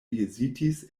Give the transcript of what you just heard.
hezitis